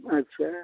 अच्छा